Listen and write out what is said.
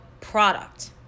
product